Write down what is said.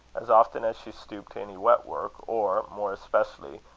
as often as she stooped to any wet work, or, more especially,